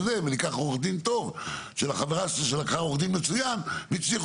אני אקח עורך דין טוב של החברה שלי שלקחה עורך דין מצוין והצליחו